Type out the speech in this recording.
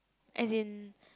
as in